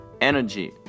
energy